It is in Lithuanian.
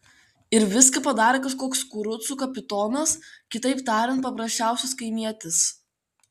ir viską padarė kažkoks kurucų kapitonas kitaip tariant paprasčiausias kaimietis